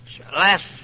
last